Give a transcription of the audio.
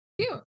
Cute